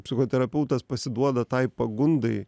psichoterapeutas pasiduoda tai pagundai